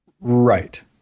Right